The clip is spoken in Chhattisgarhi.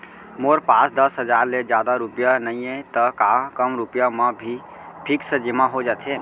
मोर पास दस हजार ले जादा रुपिया नइहे त का कम रुपिया म भी फिक्स जेमा हो जाथे?